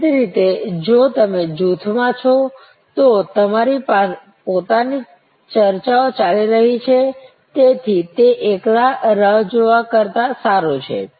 દેખીતી રીતે જો તમે જૂથમાં છો તો તમારી પોતાની ચર્ચાઓ ચાલી રહી છે તેથી તે એકલા રાહ જોવા કરતાં સારું છે